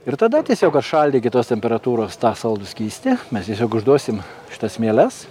ir tada tiesiog atšaldę iki tos temperatūros tą saldų skystį mes tiesiog užduosim šitas mieles